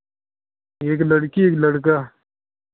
एक लड़की एक लड़का